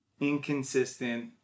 inconsistent